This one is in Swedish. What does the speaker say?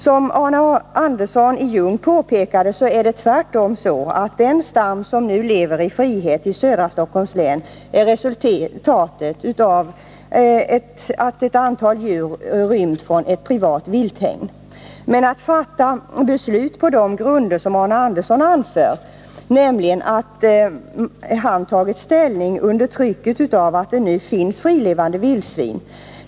Som Arne Andersson i Ljung påpekade är det tvärtom så att den stam som nu lever i frihet i södra Stockholms län är ett resultat av att ett antal djur rymt från ett privat vilthägn. Arne Andersson säger att han tagit ställning under trycket av att det nu finns frilevande vildsvin.